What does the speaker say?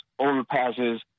overpasses